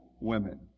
women